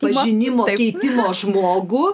pažinimo keitimo žmogų